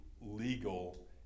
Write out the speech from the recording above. legal